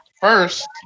first